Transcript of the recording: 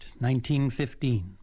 1915